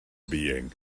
being